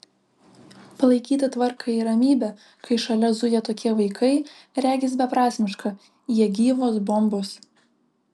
palaikyti tvarką ir ramybę kai šalia zuja tokie vaikai regis beprasmiška jie gyvos bombos